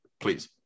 Please